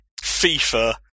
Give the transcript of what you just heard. FIFA